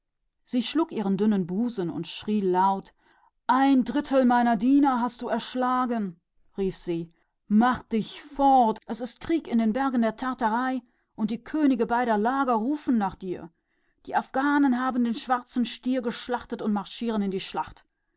sie schlug sich auf den unfruchtbaren busen und schrie laut du hast den dritten teil meiner diener erschlagen rief sie gehe fort es herrscht krieg in den bergen der tatarei und die könige beider parteien rufen nach dir die afghanen haben den schwarzen stier erschlagen und gehen in die schlacht